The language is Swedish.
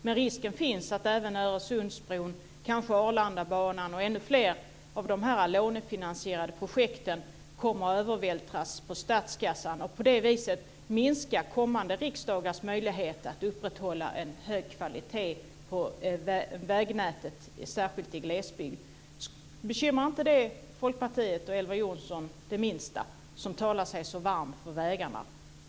Men risken finns att även Öresundsbron, kanske Arlandabanan och ännu fler av de lånefinansierade projekten kommer att övervältras på statskassan och på det viset minska kommande riksdagars möjlighet att upprätthålla en hög kvalitet på vägnätet, särskilt i glesbygd. Bekymrar inte detta Folkpartiet och Elver Jonsson det minsta, ni som talar så varmt för vägarna?